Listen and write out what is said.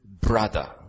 brother